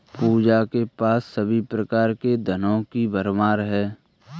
पूजा के पास सभी प्रकार के धनों की भरमार है